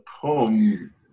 poem